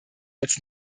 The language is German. als